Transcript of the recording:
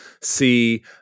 see